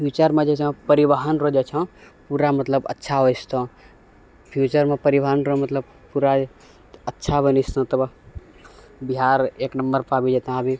future मे जे छै परिवहन रऽ जे छै पूरा मतलब अच्छा हो जेतो फ्यूचर मे परिवहन रऽ मतलब पूरा जे अच्छा बनि जेतो तब बिहार एक नम्बर पर आबि जेतो अभी